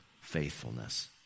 faithfulness